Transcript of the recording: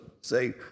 say